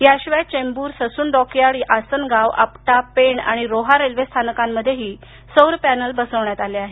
याशिवाय Chembur Sassoon dockyard Asangaon Apta Pen आणि रोहा रेल्वेस्थानकामध्येही सौर पॅनल बसवण्यात आले आहेत